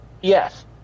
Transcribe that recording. Yes